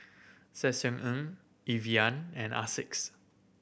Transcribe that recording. Ssangyong Evian and Asics